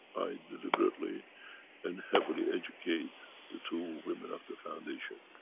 deliberately and heavily educate the two women of the foundation,